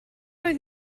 oedd